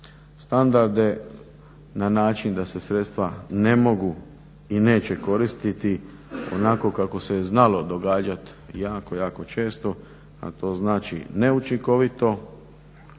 standarde na način da se sredstva ne mogu i neće koristiti onako kako se znalo događat jako, jako često, a to znači neučinkovito